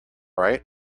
right